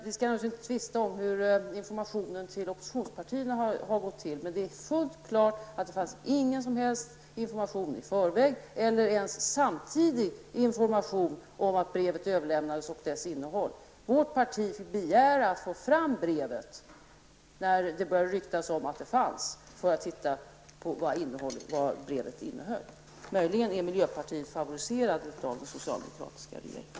Vi skall naturligtvis inte tvista om hur informationen till oppositionspartierna har skett, men det är fullt klart att det inte fanns någon som helst information i förväg eller ens samtidig information om att brevet överlämnades och om dess innehåll. Vårt parti fick begära att få fram brevet när det började ryktas om att det fanns, i syfte att få veta vad brevet innehöll. Möjligen har miljöpartiet favoriserats av den socialdemokratiska regeringen.